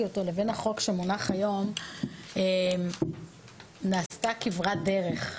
לבין החוק שמונח היום נעשתה כברת דרך.